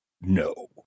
no